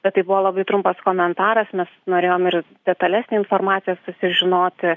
bet tai buvo labai trumpas komentaras mes norėjom ir detalesnę informaciją susižinoti